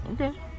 Okay